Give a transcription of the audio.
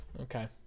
okay